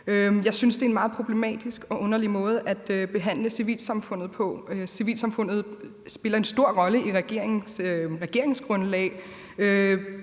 Jeg synes, det er en meget problematisk og underlige måde at behandle civilsamfund på. Civilsamfund spiller en stor rolle i regeringens